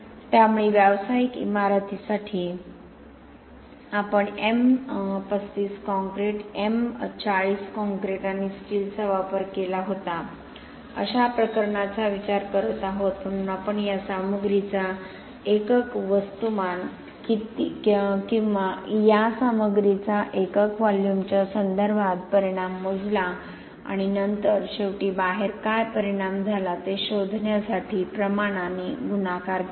त्यामुळे व्यावसायिक इमारतीसाठी आपण एम 35 कॉंक्रिट एम 40 कॉंक्रिट आणि स्टीलचा वापर केला होता अशा प्रकरणाचा विचार करत आहोत म्हणून आपण या सामग्रीचा एकक वस्तुमान किंवा या सामग्रीच्या एकक व्हॉल्यूमच्या संदर्भात परिणाम मोजला आणि नंतर शेवटी बाहेर काय परिणाम झाला ते शोधण्यासाठी प्रमाणाने गुणाकार केला